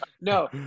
No